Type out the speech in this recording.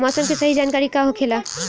मौसम के सही जानकारी का होखेला?